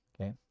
Okay